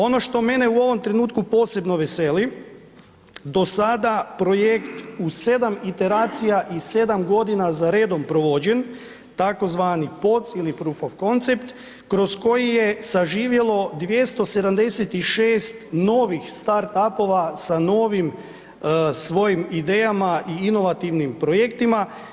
Ono što mene u ovom trenutku posebno veseli do sada projekt u 7 iteracija i 7 godina za redom provođen tzv. POC ili Proof of concept kroz koji je saživjelo 276 novih start up-ova sa novim svojim idejama i inovativnim projektima.